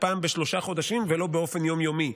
פעם בשלושה חודשים ולא באופן יום-יומי.